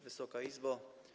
Wysoka Izbo!